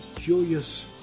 Julius